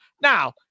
Now